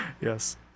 yes